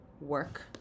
work